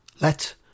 let